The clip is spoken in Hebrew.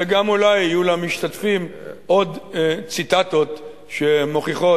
וגם אולי יהיו למשתתפים עוד ציטטות שמוכיחות